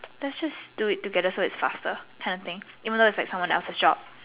let's just do it together so it's faster that kind of thing even though it is like someone else's job